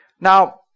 Now